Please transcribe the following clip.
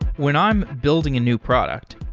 when i'm building a new product,